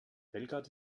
belgrad